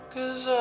Cause